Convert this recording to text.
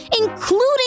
including